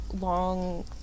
long